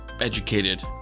educated